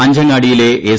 അഞ്ചങ്ങാടിയിലെ S